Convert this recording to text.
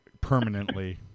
permanently